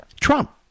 Trump